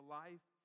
life